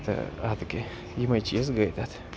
تہٕ اَدٕ کے یِمَے چیٖز گٔے تَتھ